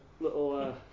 little